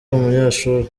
umunyeshuri